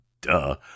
Duh